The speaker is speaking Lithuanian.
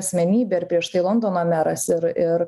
asmenybė ir prieš tai londono meras ir ir